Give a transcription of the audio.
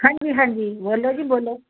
ਹਾਂਜੀ ਹਾਂਜੀ ਬੋਲੋ ਜੀ ਬੋਲੋ